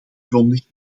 grondig